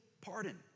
pardon